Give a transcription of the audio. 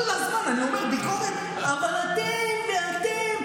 כל זמן שאני אומר ביקורת, "אבל אתם ואתם".